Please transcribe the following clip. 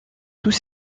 tous